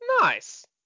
Nice